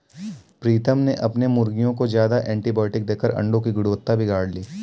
प्रीतम ने अपने मुर्गियों को ज्यादा एंटीबायोटिक देकर अंडो की गुणवत्ता बिगाड़ ली